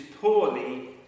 poorly